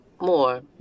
more